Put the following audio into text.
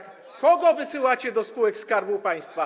Kogo wysyłacie do spółek Skarbu Państwa?